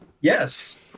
Yes